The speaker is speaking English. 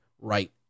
right